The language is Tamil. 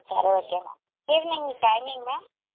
சரி okay ma'am evening timing ma'am